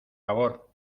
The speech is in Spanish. favor